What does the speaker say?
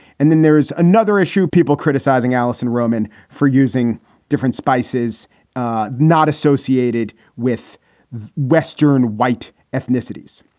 and then there is another issue, people criticizing allison roman for using different spices not associated with the western white ethnicities.